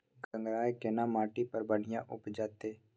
गंगराय केना माटी पर बढ़िया उपजते?